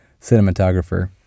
cinematographer